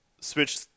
switch